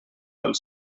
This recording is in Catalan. del